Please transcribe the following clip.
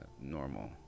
normal